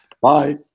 bye